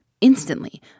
Instantly